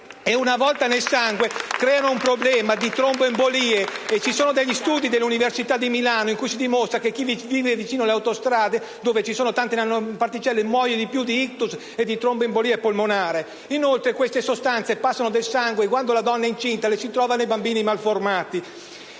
e una volta nel sangue creano un problema di tromboembolie. Studi dell'Università di Milano dimostrano che chi vive vicino alle autostrade dove ci sono tante particelle muore di più di *ictus* e di tromboembolie polmonari. Inoltre, queste sostanze passano nel sangue e quando la donna è incinta le si trovano nei bambini malformati.